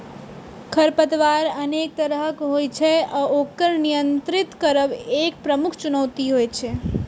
खरपतवार अनेक तरहक होइ छै आ ओकर नियंत्रित करब एक प्रमुख चुनौती होइ छै